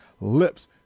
lips